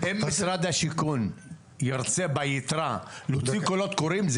אם משרד השיכון ירצה ביתרה להוציא קולות קוראים,